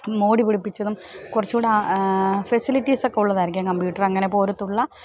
മോടി പിടിപ്പിച്ചതും കുറച്ചു കൂടെ ഫെസിലിറ്റീസ ഒക്കെ ഉള്ളതായിരിക്കാം കമ്പ്യൂട്ടർ അങ്ങനെ പോലെയുള്ള